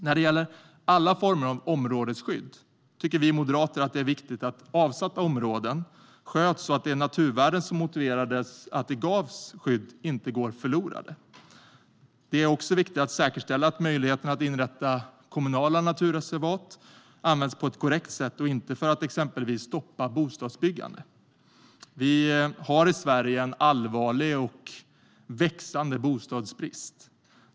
När det gäller alla former av områdesskydd tycker vi moderater att det är viktigt att avsatta områden sköts så att de naturvärden som motiverade att de gavs skydd inte går förlorade. Det är också viktigt att säkerställa att möjligheten att inrätta kommunala naturreservat används på ett korrekt sätt och inte för att exempelvis stoppa bostadsbyggande. Vi har i Sverige en allvarlig och växande bostadsbrist.